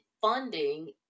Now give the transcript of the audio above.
funding